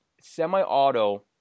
semi-auto